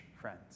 friends